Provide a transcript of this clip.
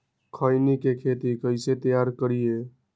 खैनी के खेत कइसे तैयार करिए?